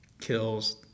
kills